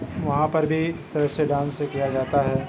وہاں پر بھی اس طرح سے ڈانس کیا جاتا ہے